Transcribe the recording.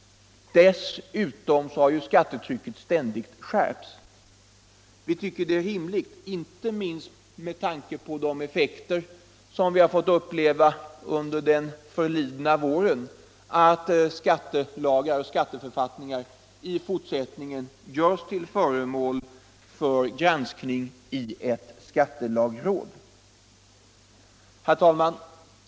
Dessutom har skattetrycket ständigt skärpts. Vi tycker det är rimligt, inte minst med tanke på de effekter som vi har fått uppleva under den förlidna våren, att skattelagar och skatteförfattningar i fortsättningen görs till föremål för granskning i ett skattelagråd. Herr talman!